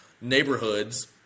neighborhoods